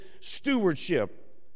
stewardship